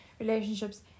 relationships